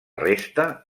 resta